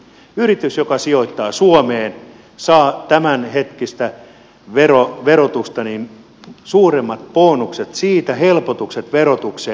yritys joka sijoittaa suomeen saa tämänhetkistä verotusta suuremmat bonukset siitä helpotukset verotukseen